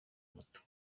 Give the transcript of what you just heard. moto